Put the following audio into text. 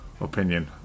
opinion